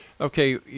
Okay